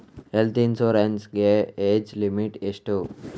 Health insurance ಗೆ age limit ಎಷ್ಟು?